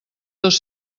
dos